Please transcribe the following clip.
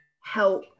help